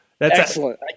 Excellent